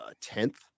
tenth